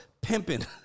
pimping